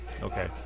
Okay